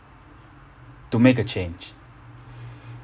to make a change